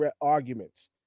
arguments